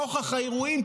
נוכח האירועים,